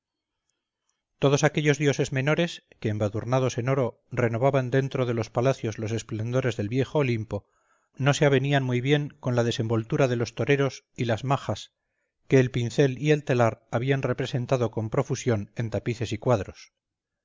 todos aquellos dioses menores que embadurnados en oro renovaban dentro de los palacios los esplendores del viejo olimpo no se avenían muy bien con la desenvoltura de los toreros y las majas que el pincel y el telar habían representado con profusión en tapices y cuadros